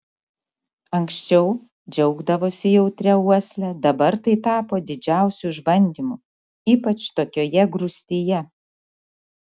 anksčiau džiaugdavosi jautria uosle dabar tai tapo didžiausiu išbandymu ypač tokioje grūstyje